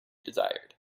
desired